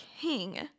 king